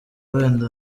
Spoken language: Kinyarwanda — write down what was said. wenda